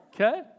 Okay